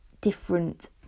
different